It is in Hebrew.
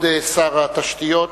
שר התשתיות